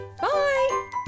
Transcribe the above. Bye